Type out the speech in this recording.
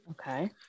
Okay